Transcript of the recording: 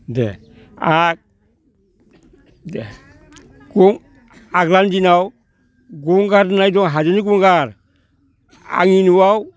दे आंहा दे आगोलनि दिनाव गंगार होननाय दं हाजोनि गंगार आंनि न'आव